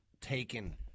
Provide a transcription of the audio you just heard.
taken